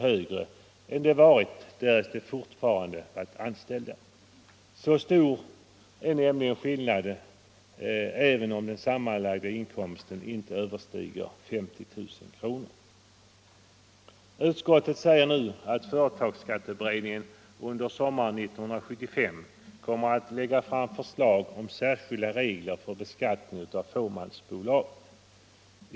högre skatt än om de fortfarande varit anställda? Så stor är nämligen skillnaden, även om den sammanlagda inkomsten inte överstiger 50 000 kr. Utskottet säger nu att företagsskatteberedningen under sommaren 1975 kommer att lägga fram förslag om särskilda regler för beskattning av fåmansbolag.